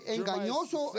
engañoso